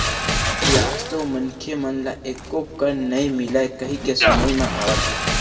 बियाज तो मनखे मन ल एको कन नइ मिलय कहिके सुनई म आवत हे